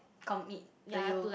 commit to you